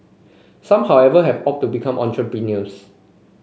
some however have opted to become entrepreneurs